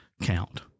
count